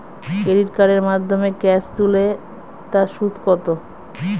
Credit কার্ডের মাধ্যমে cash তুলে তার সুদ কত?